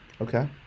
Okay